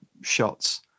shots